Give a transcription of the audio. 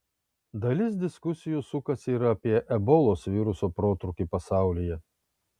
dalis diskusijų sukasi ir apie ebolos viruso protrūkį pasaulyje